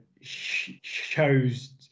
shows